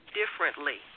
differently